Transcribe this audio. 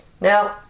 Now